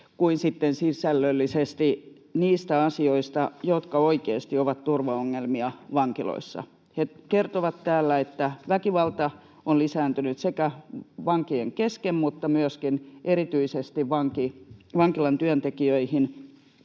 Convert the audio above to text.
sitten sisällöllisesti niistä asioista, jotka oikeasti ovat turvaongelmia vankiloissa. He kertovat täällä, että väkivalta on lisääntynyt sekä vankien kesken että myöskin erityisesti vankilan työntekijöihin,